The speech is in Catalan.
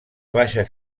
baixa